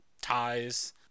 ties